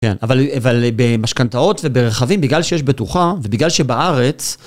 כן, אבל במשכנתאות וברכבים, בגלל שיש בטוחה, ובגלל שבארץ...